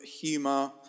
humour